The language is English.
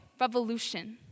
revolution